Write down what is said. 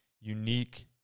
unique